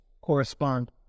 correspond